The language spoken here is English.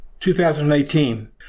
2018